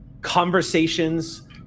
Conversations